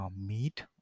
meat